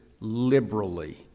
liberally